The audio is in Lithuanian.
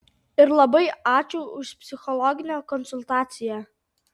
ir labai ačiū už psichologinę konsultaciją